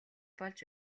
болж